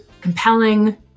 compelling